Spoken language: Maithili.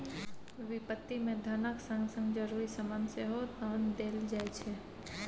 बिपत्ति मे धनक संग संग जरुरी समान सेहो दान देल जाइ छै